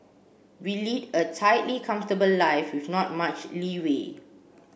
we lead a tightly comfortable life with not much leeway